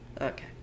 Okay